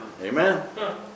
Amen